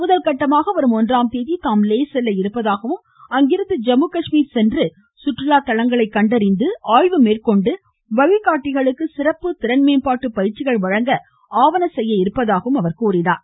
முதல்கட்டமாக வரும் ஒன்றாம் தேதி தாம் லே செல்ல இருப்பதாகவும் அங்கிருந்து ஜம்மு காஷ்மீர் சென்று சுற்றுலா தலங்களை கண்டறிந்து ஆய்வு மேற்கொண்டு வழிகாட்டிகளுக்கு சிறப்பு திறன்மேம்பாட்டு பயிற்சிகள் வழங்க ஆவன செய்ய இருப்பதாக குறிப்பிட்டார்